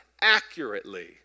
accurately